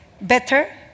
better